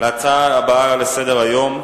להצעה הבאה לסדר-היום,